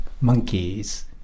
monkeys